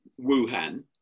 Wuhan